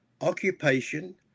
occupation